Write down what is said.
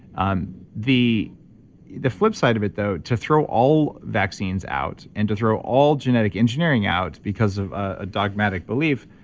um the the flip side of it, though, to throw all vaccines out and to throw all genetic engineering out because of a dogmatic belief,